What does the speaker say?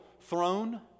throne